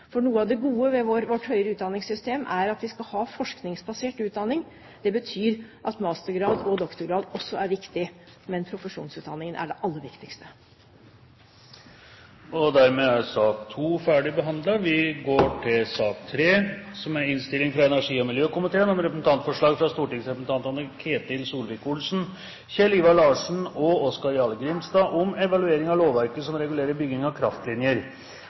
For noe av det gode ved vårt høyere utdanningssystem er at vi skal ha forskningsbasert utdanning. Det betyr at mastergrad og doktorgrad også er viktig. Men profesjonsutdanningen er det aller viktigste. Dermed er debatten i sak nr. 2 avsluttet. Etter ønske fra energi- og miljøkomiteen vil presidenten foreslå at taletiden begrenses til 40 minutter og fordeles med inntil 5 minutter til hvert parti og